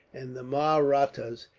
and the mahrattas,